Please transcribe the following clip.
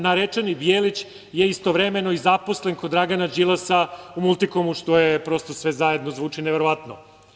Narečeni Bijelić je istovremeno zaposlen kod Dragana Đilasa u „Multikomu“ što prosto sve zajedno zvuči neverovatno.